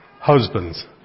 Husbands